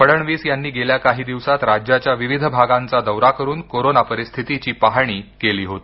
फडणवीस यांनी गेल्या काही दिवसात राज्याच्या विविध भागांचा दौरा करून कोरोना परिस्थितीची पाहणी केली होती